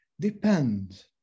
depend